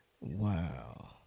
Wow